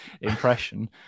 impression